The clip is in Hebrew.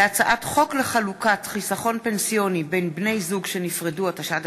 מאת חברי הכנסת דוד